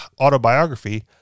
autobiography